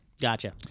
Gotcha